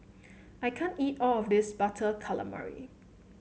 I can't eat all of this Butter Calamari